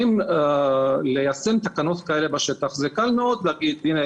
כשבאים ליישם תקנות כאלה בשטח זה קל מאוד להגיד: הינה,